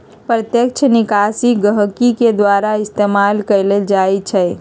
प्रत्यक्ष निकासी गहकी के द्वारा इस्तेमाल कएल जाई छई